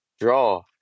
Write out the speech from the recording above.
Draw